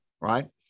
right